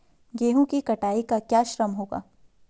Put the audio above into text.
गेहूँ की कटाई का क्या श्रम होगा?